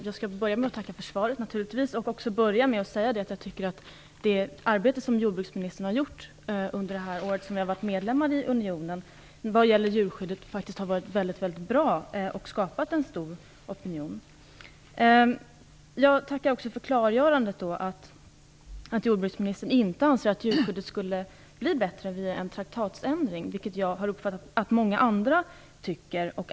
Fru talman! Jag vill naturligtvis börja med att tacka för svaret. Jag tycker att det arbete som jordbruksministern utfört när det gäller djurskyddet under det år som vi har varit medlemmar i unionen har varit väldigt bra. Det har skapat en stor opinion. Jag tackar också för ett klargörande, dvs. att jordbruksministern inte anser att djurskyddet skulle bli bättre via en traktatsändring, något som jag har uppfattat att många andra anser.